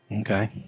Okay